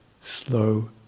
slow